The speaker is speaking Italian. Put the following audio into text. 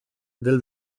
del